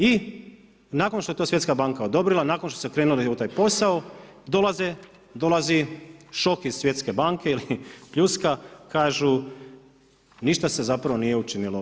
I nakon što je to Svjetska banka odobrila nakon što su krenuli na taj posao, dolazi šok iz Svjetske banke ili pljuska, kažu, ništa se zapravo nije učinilo.